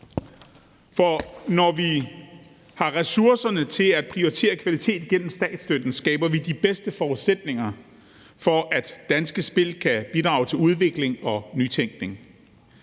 For når vi har ressourcerne til at prioritere kvalitet igennem statsstøtten skaber vi de bedste forudsætninger for, at danske spil kan bidrage til udvikling og nytænkning